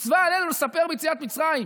מצווה עלינו לספר ביציאת מצרים".